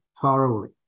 thoroughly